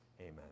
Amen